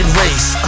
race